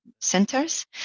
centers